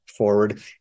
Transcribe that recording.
forward